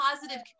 positive